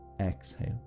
exhale